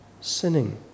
sinning